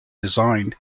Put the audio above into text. designed